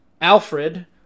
Alfred